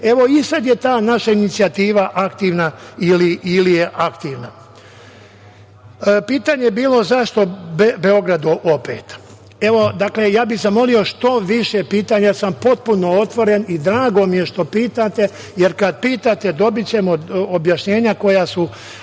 I sad je ta naša inicijativa aktivna. Pitanje je bilo zašto Beograd opet. Dakle, ja bih zamolio što više pitanja. Ja sam potpuno otvoren i drago mi je što pitate, jer kada pitate dobićemo objašnjenja koja su